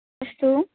अस्तु